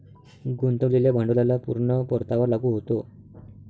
गुंतवलेल्या भांडवलाला पूर्ण परतावा लागू होतो